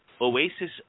Oasis